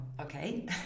okay